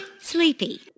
sleepy